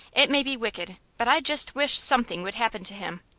it may be wicked, but i just wish something would happen to him.